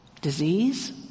Disease